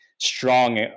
strong